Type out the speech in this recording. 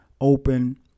open